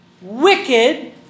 wicked